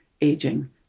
aging